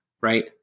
right